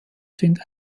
sind